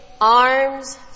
arms